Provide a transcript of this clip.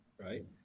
Right